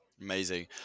Amazing